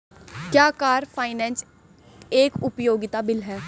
क्या car finance एक उपयोगिता बिल है?